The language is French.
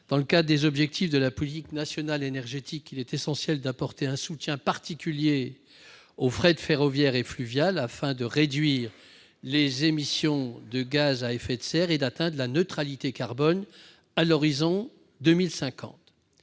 Dans le cadre des objectifs de la politique nationale énergétique, il est essentiel d'apporter un soutien particulier au développement du fret ferroviaire et fluvial, afin de pouvoir réduire les émissions de gaz à effet de serre et atteindre la neutralité carbone à l'horizon 2050.